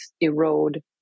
erode